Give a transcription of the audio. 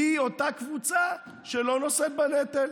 היא אותה קבוצה שלא נושאת בנטל,